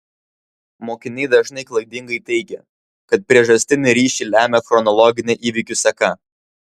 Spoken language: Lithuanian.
mokiniai dažnai klaidingai teigia kad priežastinį ryšį lemia chronologinė įvykių seka